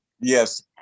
Yes